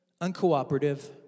uncooperative